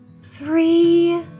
three